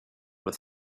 with